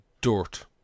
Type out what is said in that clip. dirt